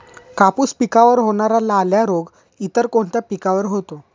कापूस पिकावर होणारा लाल्या रोग इतर कोणत्या पिकावर होतो?